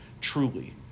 truly—